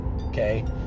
Okay